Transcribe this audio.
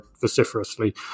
vociferously